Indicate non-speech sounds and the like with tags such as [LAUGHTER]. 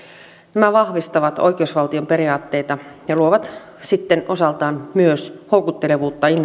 nämä vahvistavat oikeusvaltion periaatteita ja luovat osaltaan myös houkuttelevuutta innovaatioihin ja [UNINTELLIGIBLE]